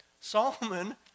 Solomon